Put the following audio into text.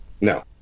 No